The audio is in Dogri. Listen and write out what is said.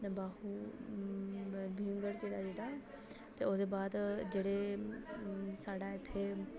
बाहू भीम गढ़ा किला जेह्ड़ा ते ओह्दे बाद जेह्ड़े साढ़ै इत्थै